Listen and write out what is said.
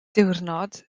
diwrnod